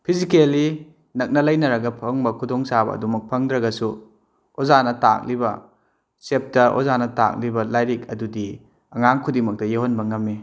physically ꯅꯛꯅ ꯂꯩꯅꯔꯒ ꯐꯪꯕ ꯈꯨꯗꯣꯡ ꯆꯥꯕ ꯑꯗꯨꯃꯛ ꯐꯪꯗ꯭ꯔꯒꯁꯨ ꯑꯣꯖꯥꯅ ꯇꯥꯛꯂꯤꯕ ꯆꯦꯞꯇꯔ ꯑꯣꯖꯥꯅ ꯇꯥꯛꯂꯤꯕ ꯂꯥꯏꯔꯤꯛ ꯑꯗꯨꯗꯤ ꯑꯉꯥꯡ ꯈꯨꯗꯤꯡꯃꯛꯇ ꯌꯧꯍꯟꯕ ꯉꯝꯃꯤ